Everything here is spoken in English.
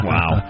Wow